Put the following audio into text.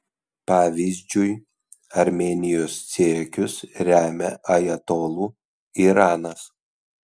pavyzdžiui armėnijos siekius remia ajatolų iranas